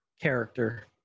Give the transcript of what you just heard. character